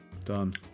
Done